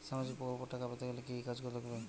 সামাজিক প্রকল্পর টাকা পেতে গেলে কি কি কাগজ লাগবে?